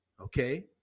okay